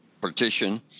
partition